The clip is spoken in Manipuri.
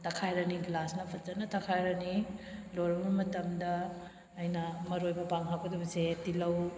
ꯇꯈꯥꯏꯔꯅꯤ ꯒꯤꯂꯥꯁꯅ ꯐꯖꯅ ꯇꯈꯥꯏꯔꯅꯤ ꯂꯣꯏꯔꯕ ꯃꯇꯝꯗ ꯑꯩꯅ ꯃꯔꯣꯏ ꯃꯄꯥꯡ ꯍꯥꯞꯀꯗꯕꯁꯦ ꯇꯤꯜꯂꯧ